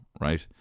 right